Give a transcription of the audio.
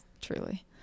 Truly